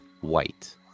white